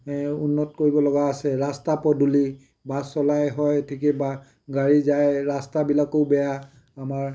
উন্নত কৰিবলগা আছে ৰাস্তা পদূলি বাছ চলায় হয় ঠিকেই বা গাড়ী যায় ৰাস্তাবিলাকো বেয়া আমাৰ